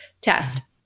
test